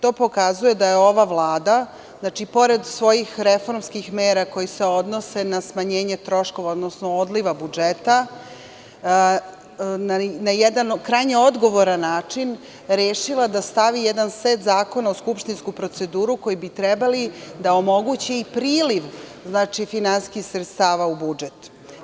To pokazuje da je ova Vlada, znači pored svojih reformskih mera koje se odnose na smanjenje troškova, odnosno odliva budžeta, na jedan krajnje odgovoran način rešila da stavi jedan set zakona u skupštinsku proceduru, koji bi trebali da omoguće i priliv finansijskih sredstava u budžet.